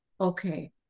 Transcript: okay